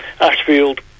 Ashfield